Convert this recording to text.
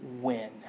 win